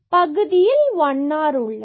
பகுதியில் 1 r உள்ளது